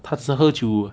他只喝酒